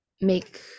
make